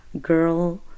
girl